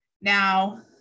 now